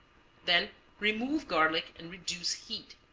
then remove garlic and reduce heat.